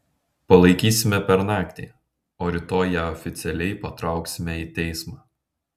palaikysime per naktį o rytoj ją oficialiai patrauksime į teismą